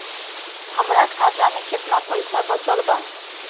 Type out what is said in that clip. हमरा खाता मे केतना पईसा बचल बा?